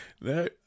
no